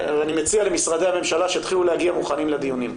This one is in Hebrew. אני מציע למשרדי הממשלה שיתחילו להגיע מוכנים לדיונים.